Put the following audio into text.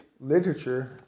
literature